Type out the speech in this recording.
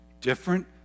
different